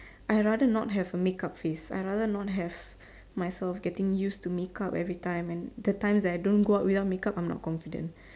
I rather not have a make up face I rather not have myself getting used to make up every time and that time if I don't going out without make up I am not confident